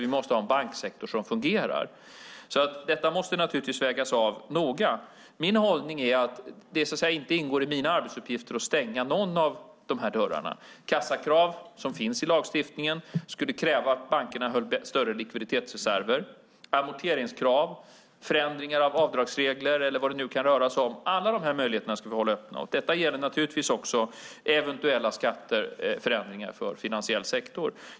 Vi måste ha en banksektor som fungerar. Detta måste naturligtvis vägas av noga. Min hållning är att det inte ingår i mina arbetsuppgifter att stänga någon av de här dörrarna. Kassakrav som finns i lagstiftningen skulle kräva att bankerna höll större likviditetsreserver, amorteringskrav, förändringar av avdragsregler eller vad det nu kan röra sig om - alla dessa möjligheter ska vi hålla öppna. Detta gäller naturligtvis också eventuella förändringar för finansiell sektor.